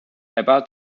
about